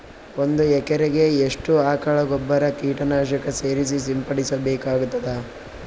ಒಂದು ಎಕರೆಗೆ ಎಷ್ಟು ಆಕಳ ಗೊಬ್ಬರ ಕೀಟನಾಶಕ ಸೇರಿಸಿ ಸಿಂಪಡಸಬೇಕಾಗತದಾ?